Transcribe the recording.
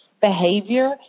Behavior